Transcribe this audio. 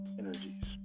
energies